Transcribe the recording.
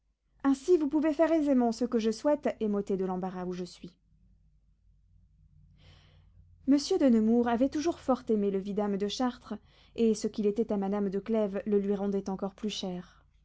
ainsi vous pouvez faire aisément ce que je souhaite et m'ôter de l'embarras où je suis monsieur de nemours avait toujours fort aimé le vidame de chartres et ce qu'il était à madame de clèves le lui rendait encore plus cher